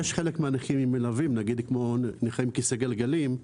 לחלק מהנכים יש מלווים, כמו נכה עם כיסא גלגלים,